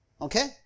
Okay